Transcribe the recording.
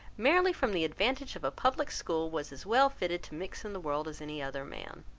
merely from the advantage of a public school, was as well fitted to mix in the world as any other man.